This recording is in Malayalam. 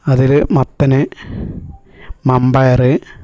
അതിൽ മത്തൻ മമ്പയർ